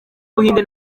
buhinde